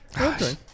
Okay